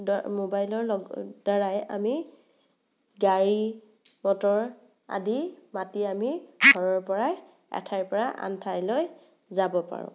মোবাইলৰ দ্বাৰাই আমি গাড়ী মটৰ আদি মাতি আমি ঘৰৰ পৰাই এঠাইৰ পৰা আন ঠাইলৈ যাব পাৰোঁ